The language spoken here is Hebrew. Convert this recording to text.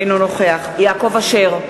אינו נוכח יעקב אשר,